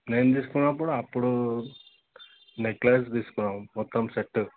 నేను తీసుకున్నప్పుడు అప్పుడు నెక్లెస్ తీసుకున్నాం మొత్తం సెట్